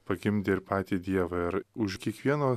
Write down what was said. pagimdė ir patį dievą ir už kiekvieno